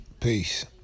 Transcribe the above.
Peace